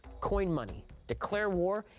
coin money, declare war,